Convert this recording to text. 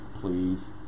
please